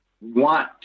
want